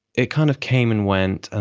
it kind of came and went.